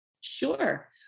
Sure